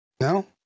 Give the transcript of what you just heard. No